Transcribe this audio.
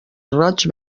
roig